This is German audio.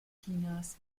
chinas